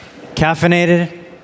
Caffeinated